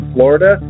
Florida